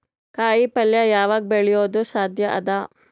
ಕಾಯಿಪಲ್ಯ ಯಾವಗ್ ಬೆಳಿಯೋದು ಸಾಧ್ಯ ಅದ?